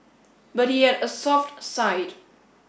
but he had a soft side